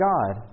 God